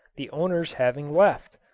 the owners having left.